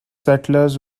settlers